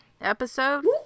episode